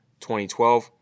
2012